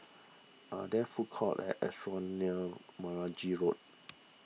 are there food courts and near Meragi Road